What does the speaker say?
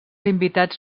invitats